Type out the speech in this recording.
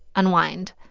unwind.